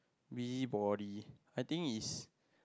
busybody I think is